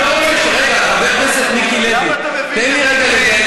רגע, חבר הכנסת מיקי לוי, תן לי רגע לדייק.